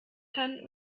kann